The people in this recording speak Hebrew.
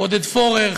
עודד פורר,